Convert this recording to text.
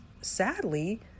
sadly